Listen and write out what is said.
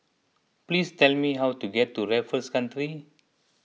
please tell me how to get to Raffles Country